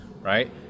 right